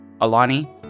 Alani